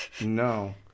No